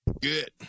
Good